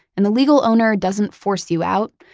and the legal owner doesn't force you out,